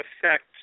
affect